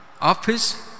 Office